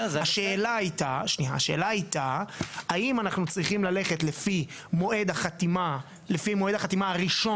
השאלה הייתה האם אנחנו צריכים ללכת לפי מועד החתימה הראשון